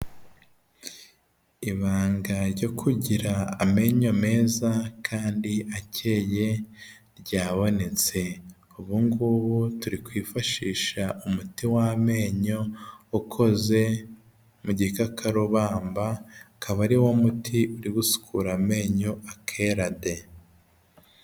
Ibanga ryo kugira amenyo meza kandi akeye ryabonetse, ubugubu turi kwifashisha umuti w'amenyo ukoze mu gikakarubamba akaba ariwo muti uri usukura amenyo akera de.